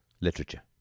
literature